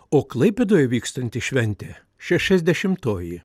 o klaipėdoj vykstanti šventė šešiasdešimtoji